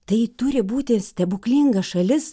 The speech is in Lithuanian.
tai turi būti stebuklinga šalis